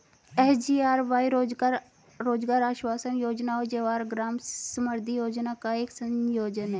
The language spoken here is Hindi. एस.जी.आर.वाई रोजगार आश्वासन योजना और जवाहर ग्राम समृद्धि योजना का एक संयोजन है